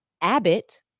Abbott